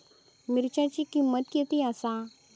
मिरच्यांची किंमत किती आसा?